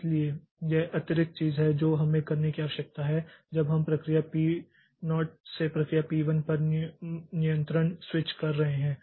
इसलिए यह अतिरिक्त चीज है जो हमें करने की आवश्यकता है जब हम प्रक्रिया पी 0 से प्रक्रिया पी 1 पर नियंत्रण स्विच कर रहे हैं